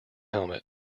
helmet